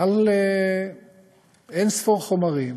על אין-ספור חומרים: